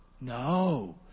No